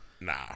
Nah